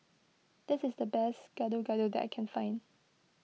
this is the best Gado Gado that I can find